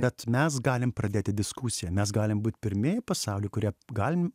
bet mes galim pradėti diskusiją mes galim būt pirmieji pasauly kurie galim